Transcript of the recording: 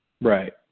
Right